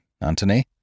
Antony